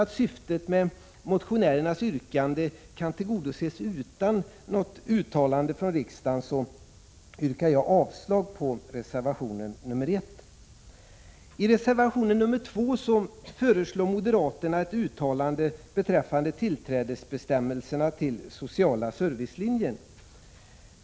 Då syftet i motionärernas yrkande kan tillgodoses utan något uttalande från riksdagen, yrkar jag avslag på reservation 1. I reservation 2 föreslår moderaterna ett uttalande beträffande bestämmelserna om tillträde till sociala servicelinjen.